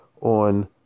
on